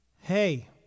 Hey